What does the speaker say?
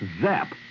zap